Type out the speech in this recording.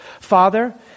father